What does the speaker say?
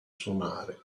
suonare